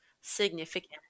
significant